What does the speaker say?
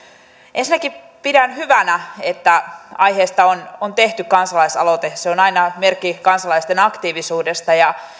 ensinnäkin pidän hyvänä että aiheesta on on tehty kansalaisaloite se on aina merkki kansalaisten aktiivisuudesta ja